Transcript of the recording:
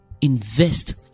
invest